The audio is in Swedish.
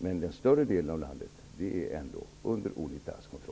Men den större delen av landet är under Unitas kontroll.